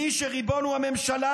מי שריבון הוא הממשלה,